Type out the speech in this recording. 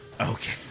Okay